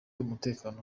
umutekano